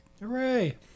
Hooray